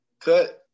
Cut